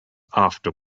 after